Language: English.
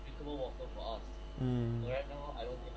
mm